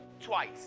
twice